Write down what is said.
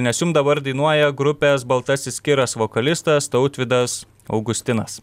nes jum dabar dainuoja grupės baltasis kiras vokalistas tautvydas augustinas